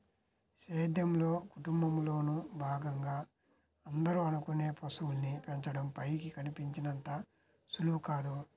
సేద్యంలో, కుటుంబంలోను భాగంగా అందరూ అనుకునే పశువుల్ని పెంచడం పైకి కనిపించినంత సులువు కాదు